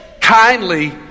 kindly